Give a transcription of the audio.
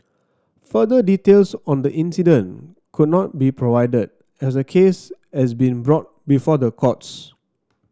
further details on the incident could not be provided as the case has been brought before the courts